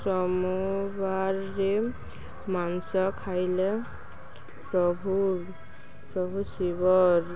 ସୋମବାରରେ ମାଂସ ଖାଇଲେ ପ୍ରଭୁ ପ୍ରଭୁ ଶିବ ର